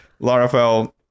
Laravel